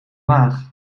maag